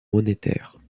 monétaire